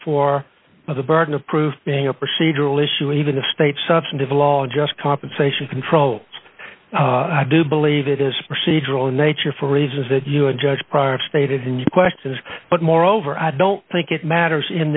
for the burden of proof being a procedural issue and even the state's substantive law just compensation controlled i do believe it is procedural in nature for reasons that you and judge prior stated in your questions but moreover i don't think it matters in